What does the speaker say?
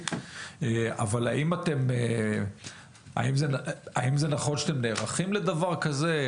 האם זה נכון שאתם נערכים לדבר כזה?